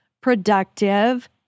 productive